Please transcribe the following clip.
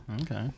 Okay